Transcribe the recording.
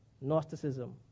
Gnosticism